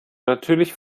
natürlich